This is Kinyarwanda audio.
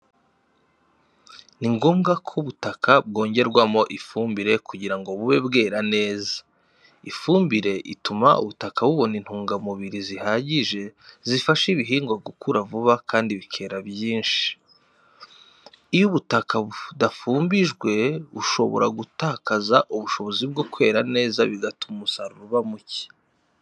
Ni ngombwa ko ubutaka bwongerwamo ifumbire kugira ngo bube bwera neza. Ifumbire ituma ubutaka bubona intungamubiri zihagije zifasha ibihingwa gukura vuba kandi bikera byinshi. Iyo ubutaka budafumbijwe, bushobora gutakaza ubushobozi bwo kwera neza, bigatuma umusaruro uba muke.